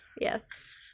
yes